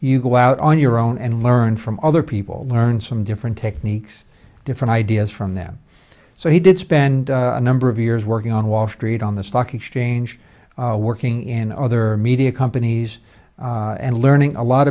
you go out on your own and learn from other people learn some different techniques different ideas from them so he did spend a number of years working on wall street on the stock exchange working in other media companies and learning a lot